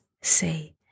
say